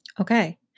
Okay